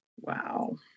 Wow